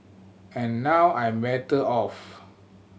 and now I'm better off